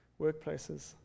workplaces